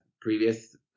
previous